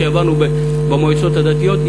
שהעברנו במועצות הדתיות,